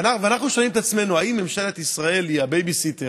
ואנחנו שואלים את עצמנו: האם ממשלת ישראל היא הבייביסיטר?